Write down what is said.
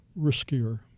riskier